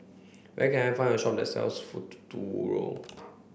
where can I find a shop that sells Futuro